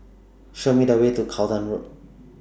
Show Me The Way to Charlton Road